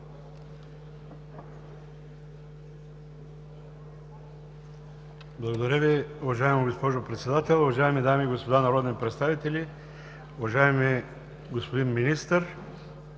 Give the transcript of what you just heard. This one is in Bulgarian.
Благодаря Ви, уважаема госпожо Председател. Уважаеми дами и господа народни представители, уважаеми господин Министър!